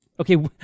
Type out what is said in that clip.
Okay